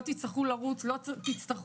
אני רוצה